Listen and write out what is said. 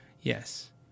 Yes